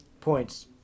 Points